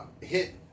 hit